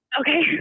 Okay